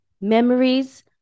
memories